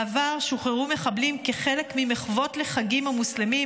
בעבר שוחררו מחבלים כחלק ממחוות לחגים המוסלמיים